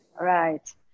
Right